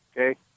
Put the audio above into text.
okay